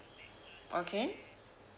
okay